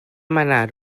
manar